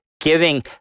giving